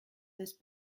this